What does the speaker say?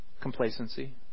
Complacency